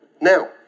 now